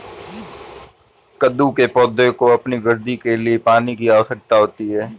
कद्दू के पौधों को अपनी वृद्धि के लिए पानी की आवश्यकता होती है